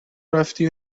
رفتی